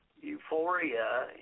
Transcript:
euphoria